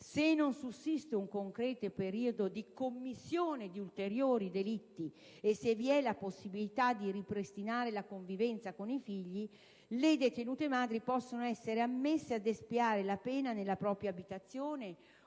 se non sussiste un concreto pericolo di commissione di ulteriori delitti e se vi è la possibilità di ripristinare la convivenza con i figli, le detenute madri possano essere ammesse ad espiare la pena nella propria abitazione